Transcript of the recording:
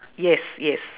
yes yes